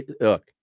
Look